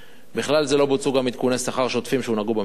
ובכלל זה לא בוצעו גם עדכוני שכר שוטפים שהונהגו במשק,